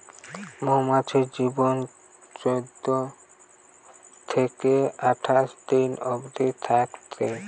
মৌমাছির জীবন চোদ্দ থিকে আঠাশ দিন অবদি থাকছে